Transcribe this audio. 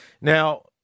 Now